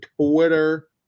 Twitter